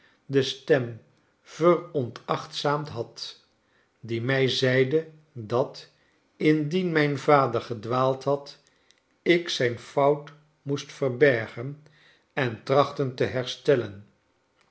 de stem veronachtzaamd had die mij zeide dat indien mijn vader gedwaald had ik zijn fout moest verbergen en trachten te herstellen